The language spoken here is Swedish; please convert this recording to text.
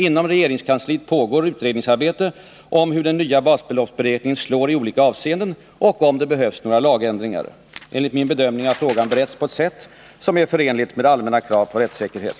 Inom regeringskansliet pågår utredningsarbete om hur den nya basbeloppsberäkningen slår i olika avseenden och om det behövs några lagändringar. Enligt min bedömning har frågan beretts på ett sätt som är förenligt med allmänna krav på rättssäkerhet.